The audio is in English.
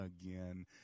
again